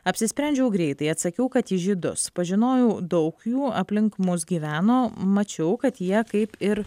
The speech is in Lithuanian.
apsisprendžiau greitai atsakiau kad į žydus pažinojau daug jų aplink mus gyveno mačiau kad jie kaip ir